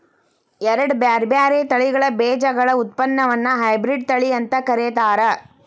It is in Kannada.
ಎರಡ್ ಬ್ಯಾರ್ಬ್ಯಾರೇ ತಳಿಗಳ ಬೇಜಗಳ ಉತ್ಪನ್ನವನ್ನ ಹೈಬ್ರಿಡ್ ತಳಿ ಅಂತ ಕರೇತಾರ